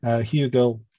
Hugo